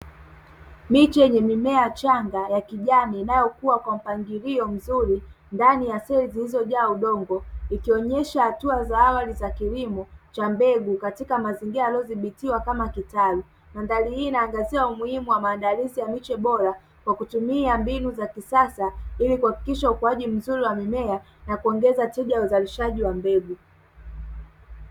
Miche yenye mimea michanga ya kijani, inayokuwa kwa mpangilio mzuri ndani ya seli zilizojaa udongo, ikionyesha hatua za awali za kilimo cha mbegu, katika mazingira yaliyodhibitiwa kama kitalu. Mandhari hii inaangazia umuhimu wa maandalizi ya miche bora kwa kutumia mbinu za kisasa, ili kuhakikisha ukuaji mzuri wa mimea na kuongeza tija ya uzalishaji wa mbegu.